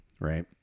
right